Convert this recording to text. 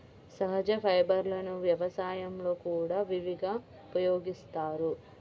సహజ ఫైబర్లను వ్యవసాయంలో కూడా విరివిగా ఉపయోగిస్తారు